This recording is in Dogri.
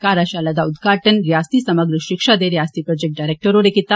कार्येशाला दा उदघाटन रियासती समग्र शिक्षा दे रियासती प्रोजैक्ट डायरेक्टर होर कीता